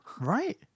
Right